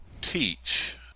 teach